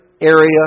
area